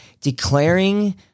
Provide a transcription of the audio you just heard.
declaring